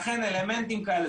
לכן אלמנטים כאלה,